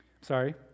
Sorry